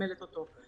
ומתגמלת אותו.